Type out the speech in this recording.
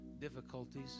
difficulties